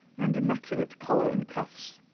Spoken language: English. and immaculate collar and cuffs.